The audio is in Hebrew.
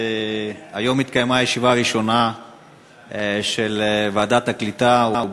היום התקיימה הישיבה הראשונה של ועדת העלייה והקליטה,